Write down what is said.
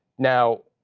now,